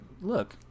Look